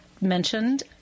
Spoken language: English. mentioned